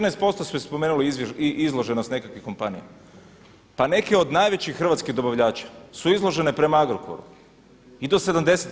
14% ste spomenuli izloženost nekakvih kompanija, pa neki od najvećih hrvatskih dobavljača su izložene prema Agrokoru i do 70%